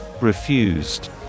refused